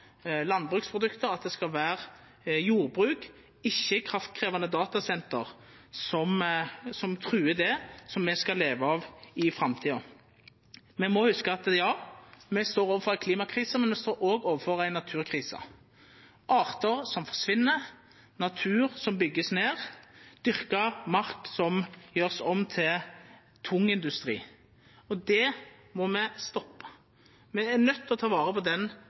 det skal vera jordbruk, ikkje kraftkrevjande datasenter som truar det som me skal leva av i framtida. Me må hugsa at me står overfor ei klimakrise, men me står òg overfor ei naturkrise – artar som forsvinn, natur som vert bygd ned, dyrka mark som vert gjord om til tungindustri. Og det må me stoppa. Me er nøydde til å ta vare på den